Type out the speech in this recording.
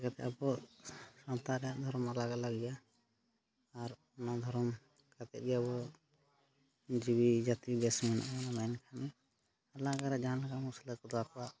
ᱡᱟᱛᱮ ᱟᱵᱚ ᱥᱟᱶᱛᱟ ᱨᱮᱭᱟᱜ ᱫᱷᱚᱨᱚᱢ ᱟᱞᱟᱜᱽᱼᱟᱞᱟᱜᱽ ᱜᱮᱭᱟ ᱟᱨ ᱚᱱᱟ ᱫᱷᱚᱨᱚᱢ ᱠᱟᱛᱮᱫ ᱜᱮ ᱟᱵᱚ ᱡᱤᱣᱤ ᱡᱟᱹᱛᱤ ᱵᱮᱥ ᱢᱮᱱᱟᱜ ᱵᱚᱱᱟ ᱢᱮᱱᱠᱷᱟᱱ ᱟᱞᱟᱜᱽᱼᱟᱞᱟᱜᱽ ᱡᱟᱦᱟᱸ ᱞᱮᱠᱟ ᱢᱩᱥᱞᱟᱹ ᱠᱚᱫᱚ ᱟᱠᱚᱣᱟᱜ